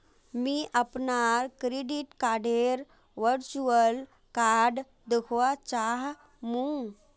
मी अपनार क्रेडिट कार्डडेर वर्चुअल कार्ड दखवा चाह मु